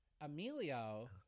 emilio